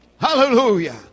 hallelujah